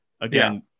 Again